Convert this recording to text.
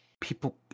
people